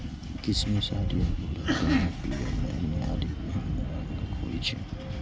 किशमिश हरियर, भूरा, काला, पीयर, बैंगनी आदि विभिन्न रंगक होइ छै